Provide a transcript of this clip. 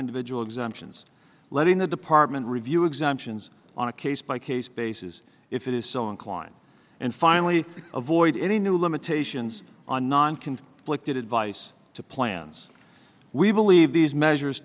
individual exemptions letting the department review exemptions on a case by case basis if it is so inclined and finally to avoid any new limitations on non conflicted advice to plans we believe these measures